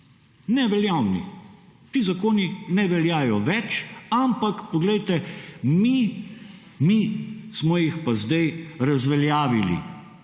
neveljavni zakoni. Ti zakoni ne veljajo več, ampak poglejte, mi smo jih pa zdaj razveljavili